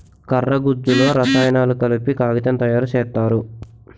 కర్ర గుజ్జులో రసాయనాలు కలిపి కాగితం తయారు సేత్తారు